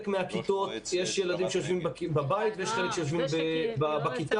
מהכיתות יש ילדים שיושבים בבית ויש חלק שיושבים בכיתה.